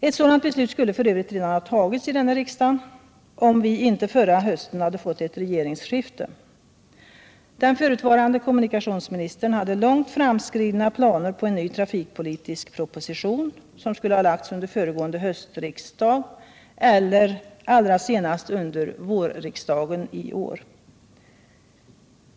Ett sådant beslut skulle f. ö. redan ha fattats här i riksdagen, om vi inte förra hösten hade fått ett regeringsskifte. Den förutvarande kommunikationsministern hade långt framskridna planer på en ny trafikpolitisk proposition, som skulle ha lagts fram under föregående höst eller allra senast i våras.